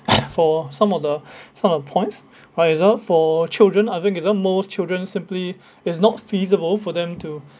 for some of the some of points right uh so for children I think it's uh most children simply is not feasible for them to